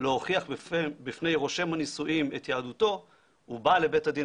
להוכיח בפני רושם הנישואין את יהדותו הוא בא לבית הדין